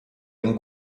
den